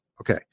Okay